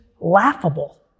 laughable